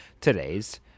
today's